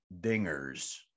dingers